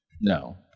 No